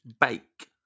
bake